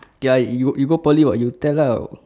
ya you you go poly [what] you tell lah